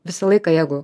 visą laiką jeigu